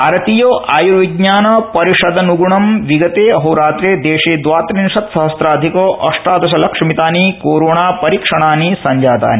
भारतीयाय्र्विज्ञानपरिषदन्ग्णं विगते अहोरात्रे देशे द्वात्रिंशत्सहस्राधिक अष्टादशलक्षमितानि कोरोना परीक्षणानि सञ्जातानि